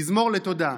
"מזמור לתודה.